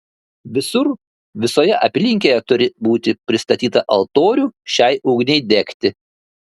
visur visoje apylinkėje turi būti pristatyta altorių šiai ugniai degti